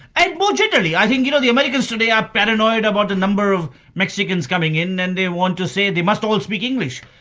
and more generally i think you know the americans today are paranoid about the number of mexicans coming in and they want to say they must all speak english.